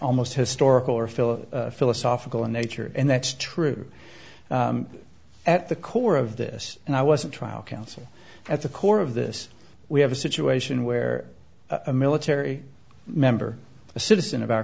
almost historical or fill of philosophical in nature and that's true at the core of this and i was a trial counsel at the core of this we have a situation where a military member a citizen of our